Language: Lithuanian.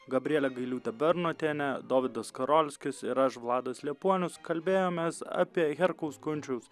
gabrielė gailiūtė bernotienė dovydas skarolskis ir aš vladas liepuonius kalbėjomės apie herkaus kunčiaus